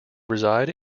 reside